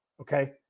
Okay